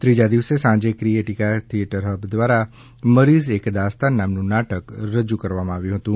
ત્રીજા દિવસે સાંજે ક્રિએટીકા થિયેટર હબ દ્વારા મરીઝ એક દાસ્તાન નામનું નાટક રજૂ કરવા આવ્યું હતું